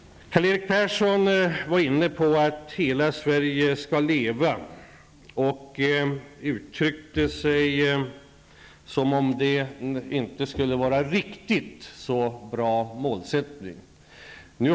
Karl-Erik Persson var inne på parollen Hela Sverige skall leva, och det lät på honom som om detta inte skulle vara en bra målsättning.